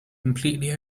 completely